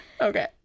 Okay